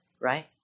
right